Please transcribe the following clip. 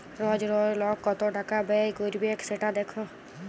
রজ রজ লক কত টাকা ব্যয় ক্যইরবেক সেট দ্যাখা